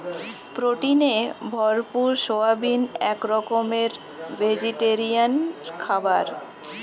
প্রোটিনে ভরপুর সয়াবিন এক রকমের ভেজিটেরিয়ান খাবার